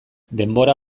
denbora